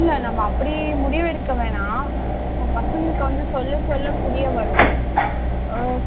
இல்லை நம்ம அப்படி முடிவு எடுக்க வேணாம் உங்கள் பசங்களுக்கு வந்து சொல்ல சொல்ல புரிய வரும்